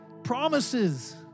promises